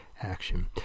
action